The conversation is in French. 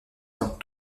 dans